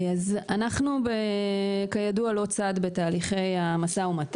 אנחנו כידוע לא צד בתהליכי המו"מ,